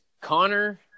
Connor